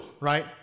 right